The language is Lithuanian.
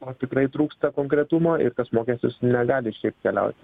o tikrai trūksta konkretumo ir tas mokestis negali šiaip keliauti